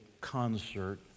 concert